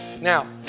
Now